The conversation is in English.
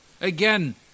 Again